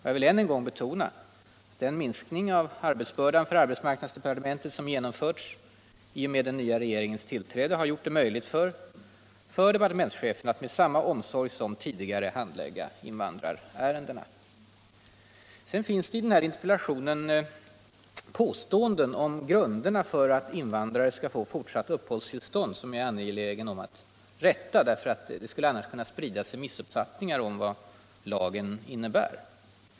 Jag vill än en gång betona att den minskning av arbetsbördan för arbetsmarknadsdepartementet som har genomförts i och med den nya regeringens tillträde har gjort det möjligt för departementschefen att med samma omsorg som tidigare handlägga invandrarärendena. Det finns i interpellationen påståenden om grunderna för att invandrare skall få fortsatt uppehållstillstånd som jag är angelägen om att rätta. Annars skulle det kunna sprida sig missuppfattningar om vad lagen innebär.